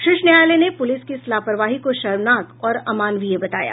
शीर्ष न्यायालय ने पुलिस की इस लापरवाही को शर्मनाक और अमानवीय बताया